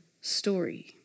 story